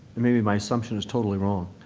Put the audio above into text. maybe my assumption is totally wrong